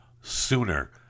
sooner